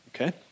Okay